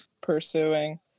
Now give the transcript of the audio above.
pursuing